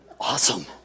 awesome